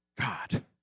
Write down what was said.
God